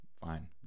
fine